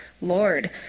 Lord